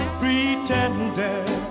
pretender